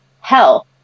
Hell